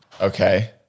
Okay